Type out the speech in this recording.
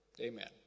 Amen